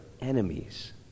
enemies